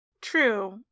True